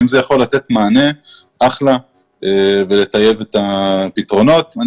אם זה יכול לתת מענה ולטייב את הפתרונות, יופי.